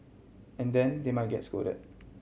and then they might get scolded